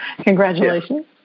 Congratulations